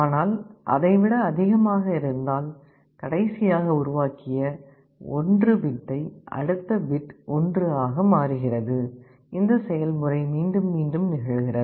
ஆனால் அதை விட அதிகமாக இருந்தால் கடைசியாக உருவாக்கிய 1 பிட்டை அடுத்த பிட் 1 ஆக மாறுகிறது இந்த செயல்முறை மீண்டும் நிகழ்கிறது